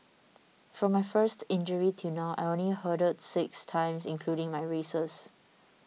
from my first injury till now I only hurdled six times including my races